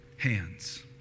Hands